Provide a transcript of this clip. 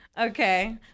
Okay